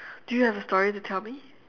do you have a story to tell me